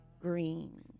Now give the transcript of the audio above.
green